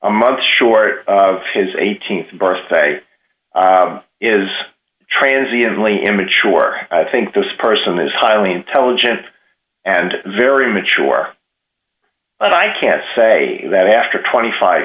a month short of his th birthday is transiently him mature i think this person is highly intelligent and very mature but i can't say that after twenty five